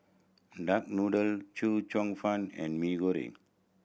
duck noodle Chee Cheong Fun and Mee Goreng